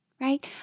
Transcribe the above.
right